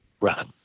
Right